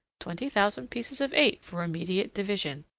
twenty thousand pieces of eight for immediate division.